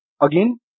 Again